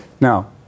Now